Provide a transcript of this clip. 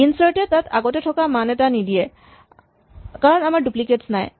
ইনচাৰ্টে তাত আগতে থকা মান এটা নিদিয়ে কাৰণ আমাৰ ডুপ্লিকেটছ নাই